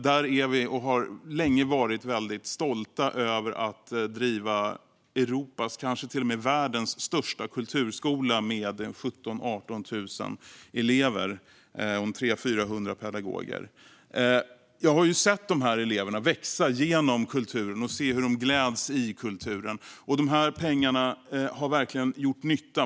Där har vi länge varit väldigt stolta över att driva Europas, och kanske till och med världens, största kulturskola med 17 000-18 000 elever och 300-400 pedagoger. Jag har sett dessa elever växa genom kulturen och sett hur de gläds i kulturen. Dessa pengar har verkligen gjort nytta.